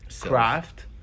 craft